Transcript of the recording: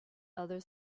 other